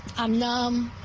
i'm numb,